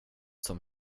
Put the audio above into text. som